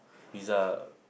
pizza